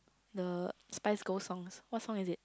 the Spice-Girls songs what song is it